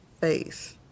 face